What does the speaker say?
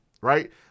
right